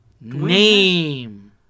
name